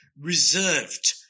reserved